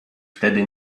wtedy